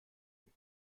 weg